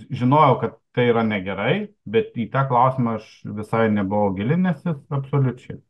žinojau kad tai yra negerai bet į tą klausimą aš visai nebuvau gilinęsis absoliučiai